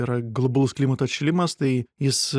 yra globalus klimato atšilimas tai jis